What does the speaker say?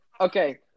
Okay